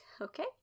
Okay